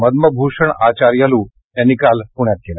मदभूषणम आचार्यालु यांनी काल पृण्यात केलं